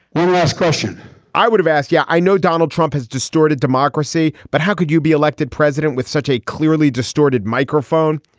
one last question i would've asked. yeah, i know donald trump has distorted democracy, but how could you be elected president with such a clearly distorted microphone?